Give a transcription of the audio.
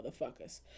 motherfuckers